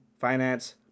finance